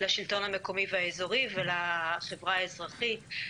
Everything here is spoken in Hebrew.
לשלטון המקומי והאזורי ולחברה האזרחית,